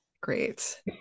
great